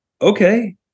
okay